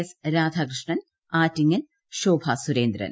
S Radhakrishnan Attingal Shobha Surendran